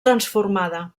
transformada